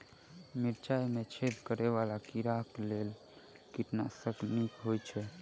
मिर्चाय मे छेद करै वला कीड़ा कऽ लेल केँ कीटनाशक नीक होइ छै?